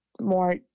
more